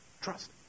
trust